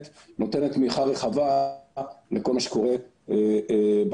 נותנת תמיכה רחבה לכל מה שקורה בשכונה,